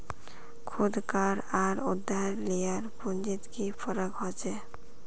खुद कार आर उधार लियार पुंजित की फरक होचे?